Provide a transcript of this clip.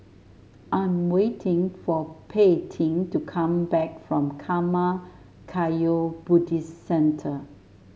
I'm waiting for Paityn to come back from Karma Kagyud Buddhist Centre